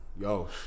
yo